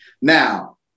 Now